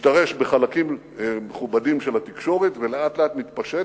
משתרש בחלקים מכובדים של התקשורת ולאט לאט מתפשט,